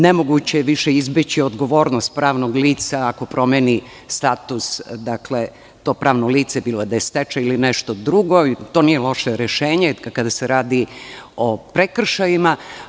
Nemoguće je više izbeći odgovornost pravnog lica ako promeni status, dakle to pravno lice, bilo da je stečaj ili nešto drugo, ali to nije loše rešenje kada se radi o prekršajima.